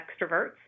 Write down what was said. extroverts